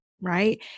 right